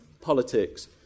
politics